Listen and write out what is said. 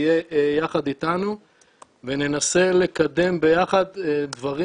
תהיה יחד איתנו וננסה לקדם ביחד דברים